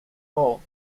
bold